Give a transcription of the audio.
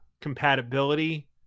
compatibility